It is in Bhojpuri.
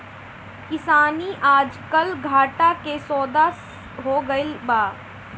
किसानी आजकल घाटा के सौदा हो गइल बा